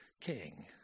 king